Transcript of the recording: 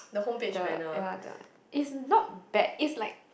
the ya the it's not bad it's like